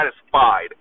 satisfied